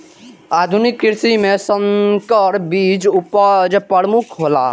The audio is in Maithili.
आधुनिक कृषि में संकर बीज उपज में प्रमुख हौला